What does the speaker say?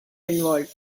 involved